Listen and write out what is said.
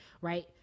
right